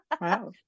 wow